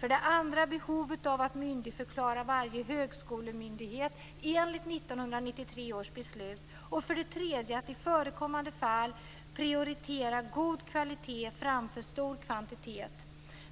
För det andra är det behovet av att myndigförklara varje högskolemyndighet enligt 1993 års beslut. För det tredje är det att i förekommande fall prioritera god kvalitet framför stor kvantitet.